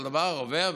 כל דבר עובר,